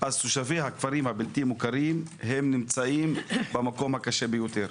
תושבי הכפרים הבלתי מוכרים הם נמצאים במקום הקשה ביותר.